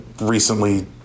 Recently